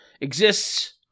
Exists